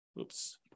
oops